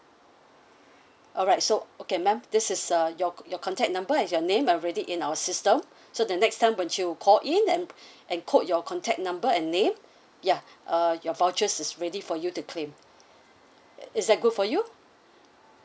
alright so okay ma'am this is uh your your contact number and your name already in our system so the next time when you call in and and quote your contact number and name ya uh your voucher is ready for you to claim is that good for you